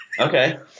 Okay